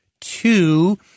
two